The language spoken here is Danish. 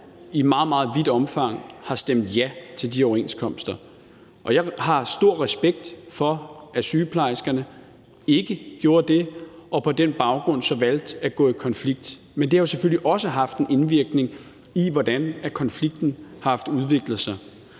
meget vidt omfang har stemt ja til de overenskomster. Jeg har stor respekt for, at sygeplejerskerne ikke gjorde det og på den baggrund så valgte at gå i konflikt, men det har selvfølgelig også haft en indvirkning på, hvordan konflikten har haft udviklet sig.